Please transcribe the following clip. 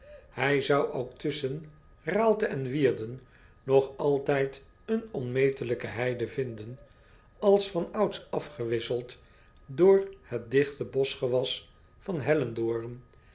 ij zou ook tusschen aalte en ierden nog altijd een onmetelijke heide vinden als van ouds afgewisseld door het digte boschgewas van ellendoorn